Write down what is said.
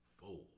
fold